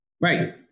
Right